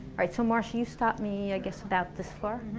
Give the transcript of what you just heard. alright so marsha you stopped me, i guess about this far?